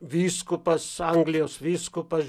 vyskupas anglijos vyskupas